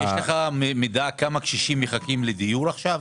יש לך מידע, כמה קשישים מחכים לדיור עכשיו?